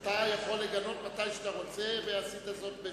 אתה יכול לגנות מתי שאתה רוצה, ועשית זאת.